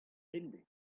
bemdez